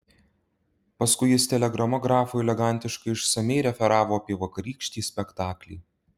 paskui jis telegrama grafui elegantiškai išsamiai referavo apie vakarykštį spektaklį